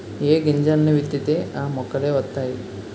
ఏ గింజల్ని విత్తితే ఆ మొక్కలే వతైయి